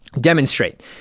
demonstrate